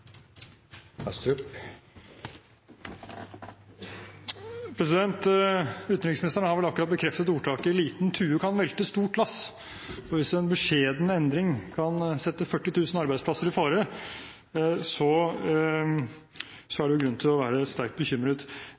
Astrup har hatt ordet to ganger tidligere i debatten, og får ordet til en kort merknad, begrenset til 1 minutt. Utenriksministeren har vel nettopp bekreftet ordtaket: Liten tue kan velte stort lass. For hvis en beskjeden endring kan sette 40 000 arbeidsplasser i fare, er det